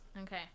Okay